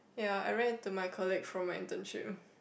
ya I ran to my colleague from my internship